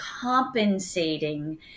compensating